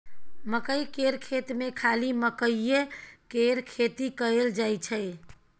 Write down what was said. मकई केर खेत मे खाली मकईए केर खेती कएल जाई छै